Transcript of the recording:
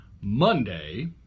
Monday